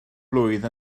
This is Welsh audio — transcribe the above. blwydd